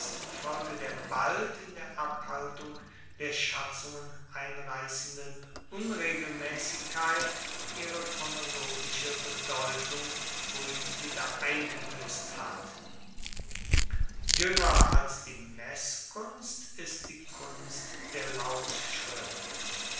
infolge der bald in der abhaltung der schatzungen einreissenden unregelmaessigkeit ihre chronologische bedeutung frueh wieder eingebuesst hat juenger als die messkunst ist die kunst der lautschrift